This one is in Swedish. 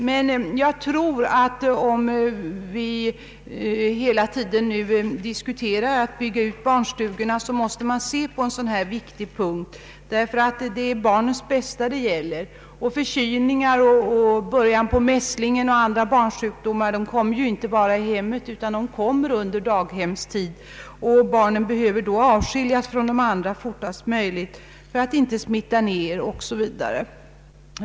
Men jag tror att när vi hela tiden nu diskuterar att bygga ut barnstugorna, måste vi se på en sådan här viktig punkt, därför att det är barnets bästa det gäller. Förkylning, mässling och andra barnsjukdomar kommer inte bara i hemmet, utan också under daghemstid. Barnen behöver då avskiljas från de andra fortast möjligt för att inte smitta ner dem.